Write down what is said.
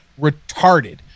retarded